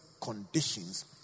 conditions